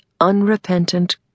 unrepentant